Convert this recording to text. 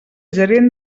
gerent